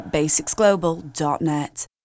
basicsglobal.net